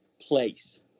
place